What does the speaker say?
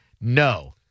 No